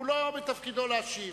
הוא, לא מתפקידו להשיב.